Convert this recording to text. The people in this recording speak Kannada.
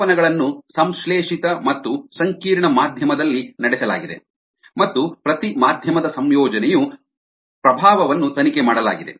ಮಾಪನಗಳನ್ನು ಸಂಶ್ಲೇಷಿತ ಮತ್ತು ಸಂಕೀರ್ಣ ಮಾಧ್ಯಮದಲ್ಲಿ ನಡೆಸಲಾಗಿದೆ ಮತ್ತು ಪ್ರತಿ ಮಾಧ್ಯಮದ ಸಂಯೋಜನೆಯ ಪ್ರಭಾವವನ್ನು ತನಿಖೆ ಮಾಡಲಾಗಿದೆ